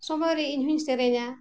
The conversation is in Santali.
ᱥᱚᱢᱚᱭ ᱨᱮ ᱤᱧ ᱦᱚᱸᱧ ᱥᱮᱨᱮᱧᱟ